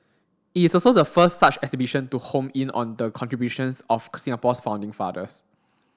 it's also the first such exhibition to home in on the contributions of Singapore's founding fathers